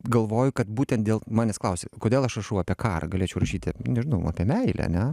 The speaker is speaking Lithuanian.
galvoju kad būtent dėl manęs klausė kodėl aš rašau apie karą galėčiau rašyti nežinau apie meilę ne